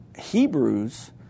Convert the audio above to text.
Hebrews